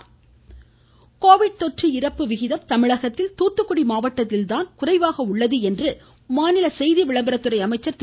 Kadambur Raju Covid தொற்று இறப்பு விகிதம் தமிழகத்திலேயே தூத்துக்குடி மாவட்டத்தில் தான் குறைவாக உள்ளதாக மாநில செய்தி விளம்பரத்துறை அமைச்சர் திரு